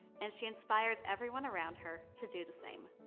and she inspires everyone around her to do the same.